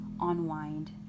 unwind